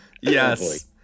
yes